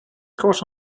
caught